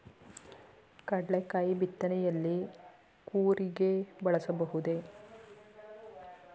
ಕಡ್ಲೆಕಾಯಿ ಬಿತ್ತನೆಯಲ್ಲಿ ಕೂರಿಗೆ ಬಳಸಬಹುದೇ?